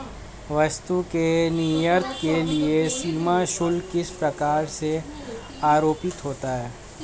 वस्तु के निर्यात के लिए सीमा शुल्क किस प्रकार से आरोपित होता है?